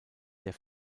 der